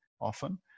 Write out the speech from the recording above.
often